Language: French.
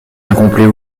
incomplets